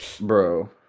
Bro